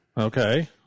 Okay